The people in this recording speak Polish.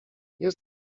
jest